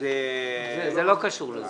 זה לא קשור לזה.